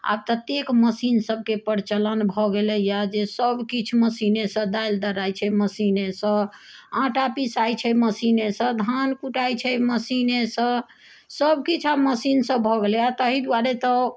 आब ततेक मशीन सभके प्रचलन भऽ गेलैया कि सभ किछु मशीनसँ दालि दर्रायै छै मशीनेसॅं आँटा पिसाइ छै मशीने सॅं धान कुटाइ छै मशीने सॅं सभ किछु आब मशीन सऽ भऽ गेलैया ताहि दुआरे तऽ